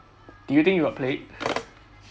do you think you got played